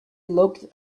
looked